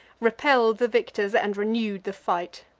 repell'd the victors, and renew'd the fight.